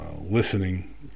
listening